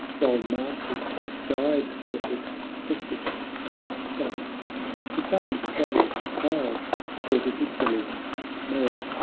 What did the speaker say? while martyrs have died for it, skeptics have scoffed to some twas a tale for ridiculous mirth,